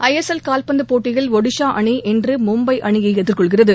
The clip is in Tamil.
ஐஎஸ்எல் காவ்பந்து போட்டியில் ஒடிஷா அணி இன்று மும்பை அணியை எதிர்கொள்கிறது